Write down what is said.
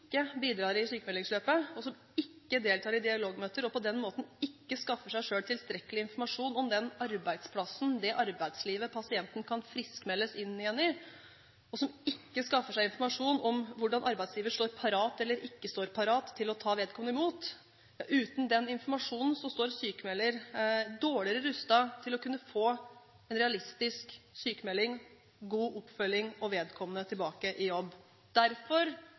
bidrar i sykmeldingsløpet, som ikke deltar i dialogmøter og på den måten ikke skaffer seg tilstrekkelig informasjon om den arbeidsplassen, det arbeidslivet pasienten kan friskmeldes inn igjen i, og som ikke skaffer seg informasjon om hvordan arbeidsgiver står parat eller ikke står parat til å ta vedkommende imot, står den sykmeldte dårligere rustet til å kunne få en realistisk sykmelding, få god oppfølging og komme tilbake i jobb. Derfor